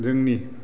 जोंनि